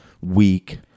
weak